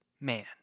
man